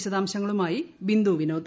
വിശദാംശങ്ങളുമായി ബിന്ദു വിനോദ്